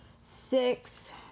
six